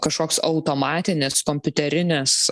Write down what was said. kažkoks automatinis kompiuterinis